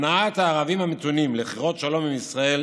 הנהגת הערבים המתונים לכרות שלום עם ישראל